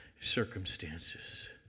circumstances